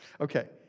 Okay